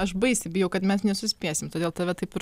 aš baisiai bijau kad mes nesuspėsim todėl tave taip ir